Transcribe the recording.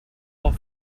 all